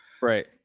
Right